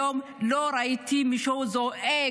עד היום לא ראיתי מישהו זועק: